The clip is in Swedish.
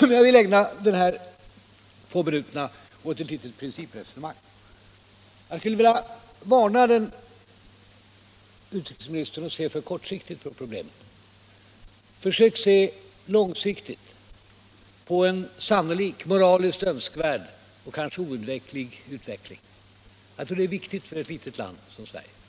Jag vill ägna de här få minuterna åt ett litet principresonemang. Jag skulle vilja varna utrikesministern att se för kortsiktigt på problemen. Försök se långsiktigt på en sannolik, moraliskt önskvärd och kanske oundviklig utveckling! Jag tror att det är viktigt för ett litet land som Sverige.